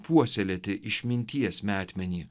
puoselėti išminties metmenį